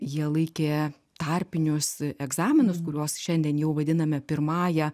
jie laikė tarpinius egzaminus kuriuos šiandien jau vadiname pirmąja